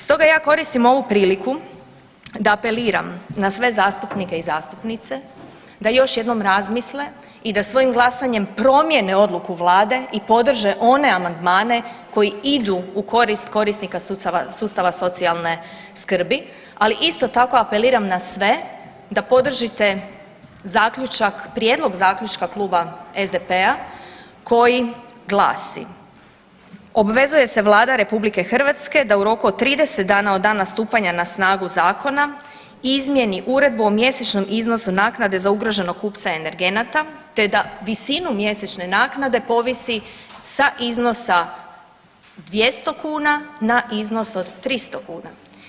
Stoga ja koristim ovu priliku da apeliram na sve zastupnike i zastupnice da još jednom razmisle i da svojim glasanje promijene odluku Vlade i podrže one amandmane koji idu u korist korisnika sustava socijalne skrbi, ali isto tako apeliram na sve da podržite zaključak, prijedlog zaključka Kluba zastupnika SDP-a koji glasi zaključak, obvezuje se Vlada RH da u roku od 30 dana od dana stupanja na snagu zakona izmjeni uredbu o mjesečnom iznosu naknade za ugroženog kupca energenata, te da visinu mjesečne naknade povisi sa iznosa 200 kuna na iznos od 300 kuna.